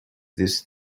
this